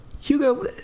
Hugo